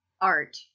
art